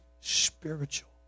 spiritual